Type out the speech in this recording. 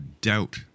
doubt